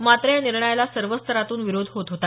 मात्र या निर्णयाला सर्व स्तरातून विरोध होत होता